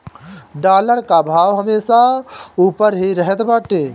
dollar कअ भाव हमेशा उपर ही रहत बाटे